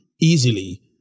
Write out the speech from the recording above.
easily